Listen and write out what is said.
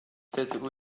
dydw